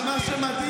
אבל מה שמדהים,